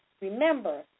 Remember